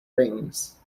rings